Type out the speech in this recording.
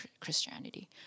Christianity